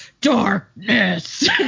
darkness